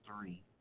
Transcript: three